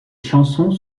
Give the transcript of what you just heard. chansons